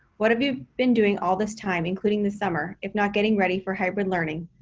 what have you been doing all this time, including the summer, if not getting ready for hybrid learning?